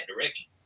direction